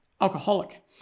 alcoholic